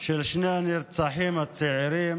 של שני הנרצחים הצעירים